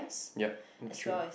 yep that's true